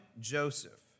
Joseph